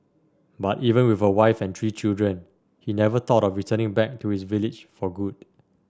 but even with a wife and three children he never thought of returning back to his village for good